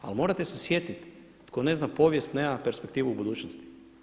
Ali morate se sjetiti, tko ne zna povijest nema perspektivu u budućnosti.